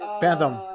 Phantom